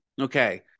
Okay